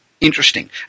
interesting